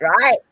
right